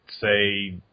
say